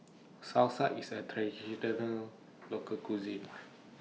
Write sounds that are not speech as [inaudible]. Salsa IS A Traditional [noise] Local Cuisine